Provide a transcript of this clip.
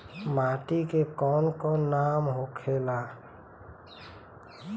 माटी के कौन कौन नाम होखेला?